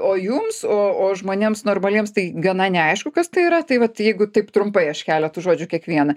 o jums o o žmonėms normaliems tai gana neaišku kas tai yra tai vat jeigu taip trumpai aš keletu žodžių kiekvieną